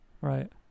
Right